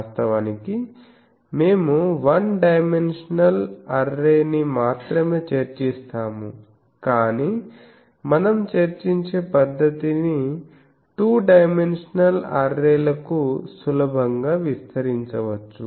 వాస్తవానికి మేము one dimensional అర్రేని మాత్రమే చర్చిస్తాము కాని మనం చర్చించే పద్ధతిని టూ డైమెన్షనల్ అర్రే లకు సులభంగా విస్తరించవచ్చు